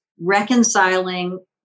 reconciling